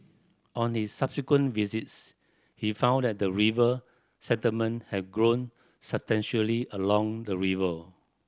on his subsequent visits he found that the river settlement had grown substantially along the river